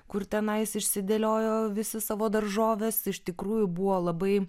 kur tenais išsidėliojo visas savo daržoves iš tikrųjų buvo labai